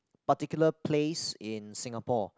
particular place in Singapore